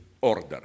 order